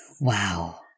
Wow